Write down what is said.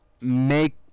make